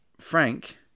Frank